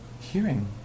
hearing